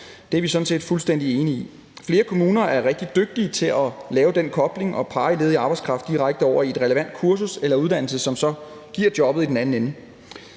Det er vi sådan set fuldstændig enige i. Flere kommuner er rigtig dygtige til at lave den kobling og lede ledig arbejdskraft direkte over i et relevant kursus eller i en relevant uddannelse, som så giver jobbet i den anden ende.